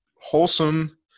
wholesome